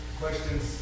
questions